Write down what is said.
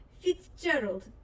Fitzgerald